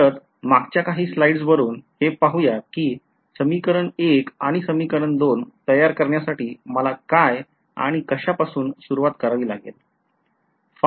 परत मागच्या काही स्लाईडसवरून हे पाहुयात कि समीकरण १ आणि समीकरण २ तयार करण्यासाठी मला काय आणि कशापासून सुरवात करावी लागेल